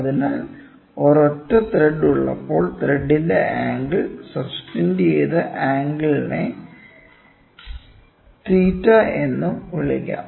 അതിനാൽ ഒരൊറ്റ ത്രെഡ് ഉള്ളപ്പോൾ ത്രെഡിന്റെ ആംഗിൾ സബ്ടെൻഡുചെയ്ത ആംഗിളിനെ തീറ്റ 𝜭 എന്നും വിളിക്കാം